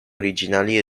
originali